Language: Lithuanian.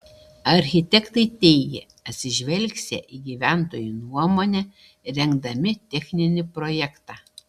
architektai teigė atsižvelgsią į gyventojų nuomonę rengdami techninį projektą